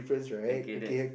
okay that's